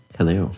Hello